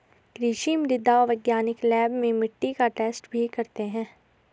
कृषि मृदा वैज्ञानिक लैब में मिट्टी का टैस्ट भी करते हैं